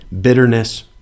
bitterness